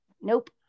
Nope